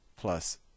plus